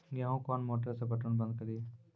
गेहूँ कोनी मोटर से पटवन बंद करिए?